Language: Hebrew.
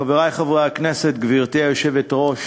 חברי חברי הכנסת, גברתי היושבת-ראש,